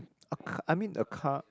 I mean a car